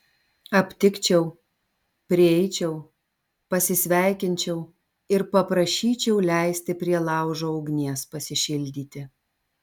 aptikčiau prieičiau pasisveikinčiau ir paprašyčiau leisti prie laužo ugnies pasišildyti